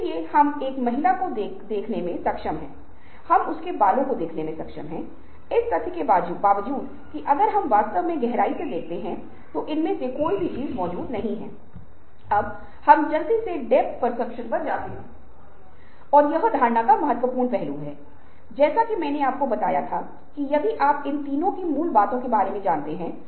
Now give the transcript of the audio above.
रचनात्मक लोगों में अलग अलग विचारक होते हैं जो किसी विशेष समस्या के लिए कई संभावनाओं के बारे में सोच सकते हैं